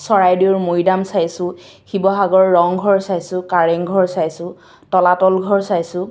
চৰাইদেউ মৈদাম চাইছোঁ শিৱসাগৰ ৰংঘৰ চাইছোঁ কাৰেংঘৰ চাইছোঁ তলাতল ঘৰ চাইছোঁ